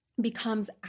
becomes